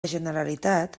generalitat